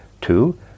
Two